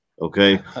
okay